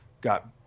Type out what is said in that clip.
got